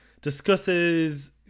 discusses